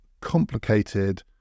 complicated